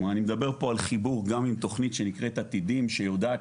מדבר פה על חיבור גם עם תוכנית עתידים שיודעת